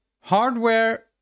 Hardware